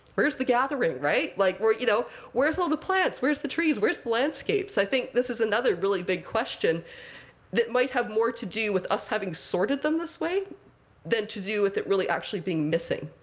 where's the gathering, right? like where's you know where's all the plants? where's the trees? where's the landscapes? i think this is another really big question that might have more to do with us having sorted them this way than to do with it really actually being missing.